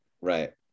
Right